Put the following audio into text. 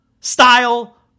style